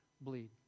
bleed